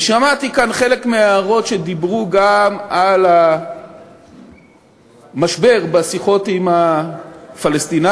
ושמעתי כאן חלק מההערות שדיברו גם על המשבר בשיחות עם הפלסטינים,